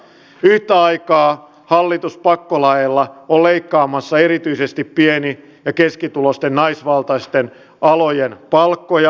yhtä aikaa hallitus pakkolaeilla on leikkaamassa erityisesti pieni ja keskituloisten naisvaltaisten alojen palkkoja